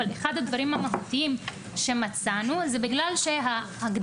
אבל אחד הדברים המהותיים שמצאנו זה בגלל שההגדרה